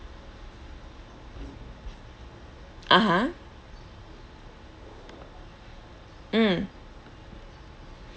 (uh huh) mm